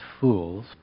fools